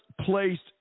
placed